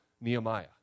Nehemiah